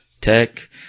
Tech